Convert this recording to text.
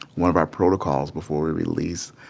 one of our protocols before we release